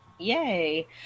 Yay